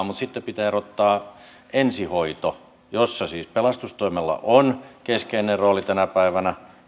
mutta sitten pitää erottaa ensihoito jossa siis pelastustoimella ja pelastuslaitoksella on keskeinen rooli tänä päivänä